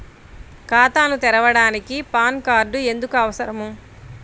ఖాతాను తెరవడానికి PAN card ఎందుకు అవసరము?